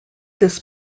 this